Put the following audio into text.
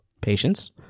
Patients